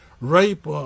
rape